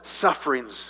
sufferings